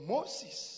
Moses